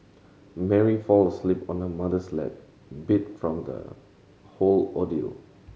Mary fall asleep on her mother's lap beat from the whole ordeal